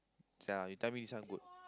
sia you tell me this one good